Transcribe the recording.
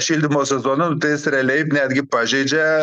šildymo sezoną nu tai jis realiai netgi pažeidžia